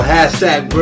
Hashtag